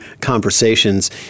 conversations